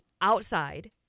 outside